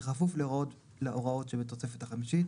בכפוף להוראות שבתוספת החמישית,